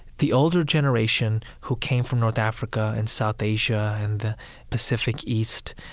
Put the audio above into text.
the older generation who came from north africa and south asia and the pacific east,